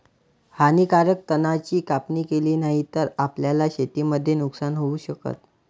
हानीकारक तणा ची कापणी केली नाही तर, आपल्याला शेतीमध्ये नुकसान होऊ शकत